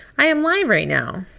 i am live right now.